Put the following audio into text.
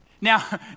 Now